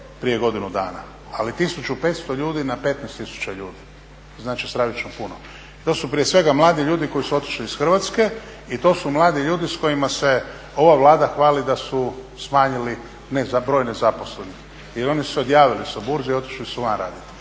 prije godinu dana, ali 1500 ljudi na 15 000 ljudi, znači stravično puno. To su prije svega mladi ljudi koji su otišli iz Hrvatske i to su mladi ljudi s kojima se ova Vlada hvali da su smanjili broj nezaposlenih jer oni su se odjavili sa burze i otišli su van raditi.